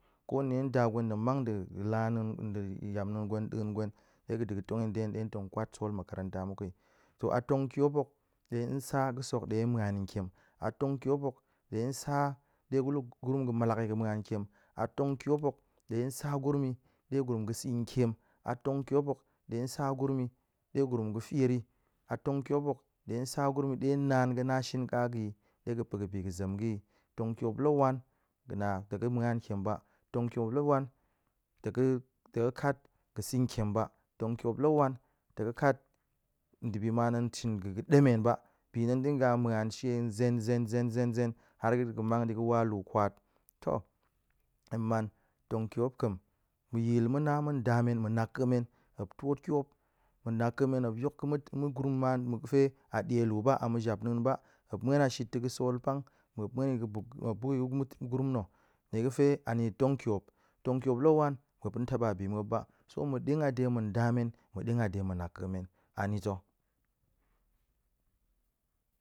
Ko nie nda gwen tong man ɗe la na̱a̱n yam na̱a̱ gwen da̱a̱n gwen ɗe ga̱ ɗe tong yi nɗa̱ hen, ɗe ɗe tong kwat sol makaratamu koyi, to a tong tiop hok ɗe sa bi hok ta̱ ɗe sa̱ tiem, a tong tiop hok ɗe sa ɗe gurum gə malak ga̱ muan nin tiem, a tong tiop hok ɗe sa gurum yi ɗe hurum ga̱ feer yi, a tong tiop hok ɗe sa ɗe naan ga̱ na shin ka ga̱ yi, ɗe ga̱ pa̱ ga̱ bi ga̱ zem ga̱ yi. Tong tiop la wan, ga̱ na tong ga̱ muan tiem ba, tong tiop la wan tong ga̱ kat ga̱ sa̱ tiem ba, tong tiop la wan, ta̱ ga̱ kat ndibi ma tong shin ga̱ ga̱ ɗemen ba, bi tong ɗinga muan she zen zen zen zen zen har ga̱ ga̱ mang di ga̱ wa lu kwat. To hen man tong tiop ƙa̱m ma̱ yil na ma̱n nda men ma̱ naƙa̱ men muop tiop, ma̱ naƙa̱ men muop yok ga̱ mu gurum ma mu ga̱fe a ɗie lu ba, a ma̱japna̱a̱n ba, muop muan a shit ta̱ ga̱ sol pang, muop muan ga̱ buk muop buk yi ga̱-mu gurum na̱ nie ga̱fe a nie tong tiop, tong tiop la wan, muop tong taba bi muop ba, so mu ɗin a ɗe ma̱n nda men, ma̱ ɗin a ɗe ma̱ naƙa̱ men anita̱.